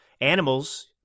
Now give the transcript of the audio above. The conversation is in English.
animals